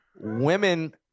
women